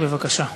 בבקשה.